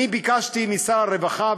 אני ביקשתי משר הרווחה,